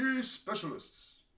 Specialists